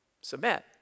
submit